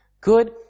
Good